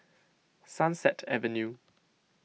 Sunset Avenue